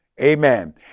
Amen